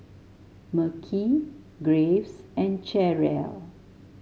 Mekhi Graves and Cherrelle